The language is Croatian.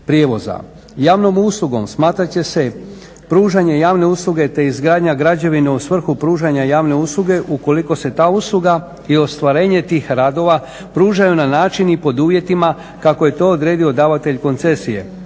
prijevoza. Javnom uslugom smatrat će se pružanje javne usluge te izgradnja građevine u svrhu pružanja javne usluge ukoliko se ta usluga ili ostvarenje tih radova pružaju na način i pod uvjetima kako je to odredio davatelj koncesije